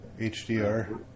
HDR